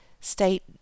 state